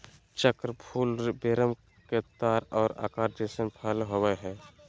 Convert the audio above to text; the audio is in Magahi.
चक्र फूल वेरम के तार के आकार जइसन फल होबैय हइ